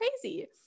crazy